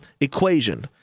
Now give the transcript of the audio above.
equation